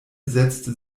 setzte